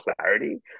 clarity